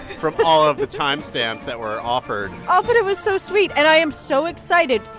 from all of the timestamps that were offered ah but it was so sweet, and i am so excited.